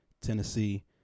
Tennessee